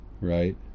right